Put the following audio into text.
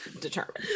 determined